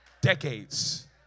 decades